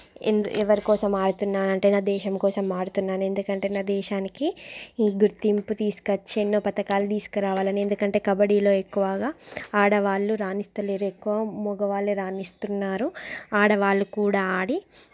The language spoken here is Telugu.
ఎందు ఎవరికోసం ఆడుతున్నాను అంటే నా దేశం కోసం ఆడుతున్నాను ఎందుకంటే నా దేశానికి ఈ గుర్తింపు తీసుకు వచ్చి ఎన్నో పథకాలు తీసుకురావాలి అని ఎందుకంటే కబడ్డీలో ఎక్కువగా ఆడవాళ్ళు రానిస్తలేరు ఎక్కువ మగవాళ్ళే రాణిస్తున్నారు ఆడవాళ్ళు కూడా ఆడి